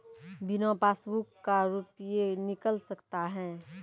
बिना पासबुक का रुपये निकल सकता हैं?